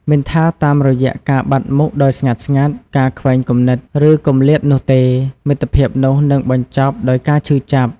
មិនថាតាមរយៈការបាត់មុខដោយស្ងាត់ៗ ការខ្វែងគំនិត ឬ គម្លាតនោះទេ មិត្តភាពនោះនឹងបញ្ចប់ដោយការឈឺចាប់។